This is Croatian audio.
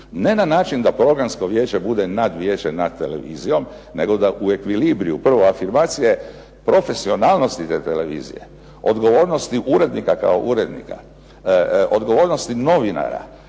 ne na način da Programsko vijeće bude nadvijeće nad televizijom nego da u ekvilibriju prvo afirmacije profesionalnosti te televizije, odgovornosti urednika kao urednika, odgovornosti novinara